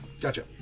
Gotcha